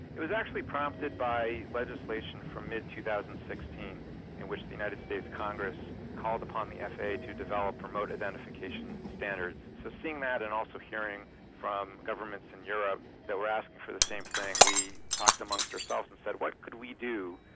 it was actually prompted by legislation from mid two thousand and sixteen in which the united states congress called upon the ah fa to develop remote identification standards. so seeing that and also hearing from governments in europe that were asking for the same thing, we talked amongst ourselves and said what could we do,